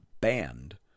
banned